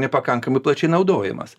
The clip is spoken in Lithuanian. nepakankamai plačiai naudojamas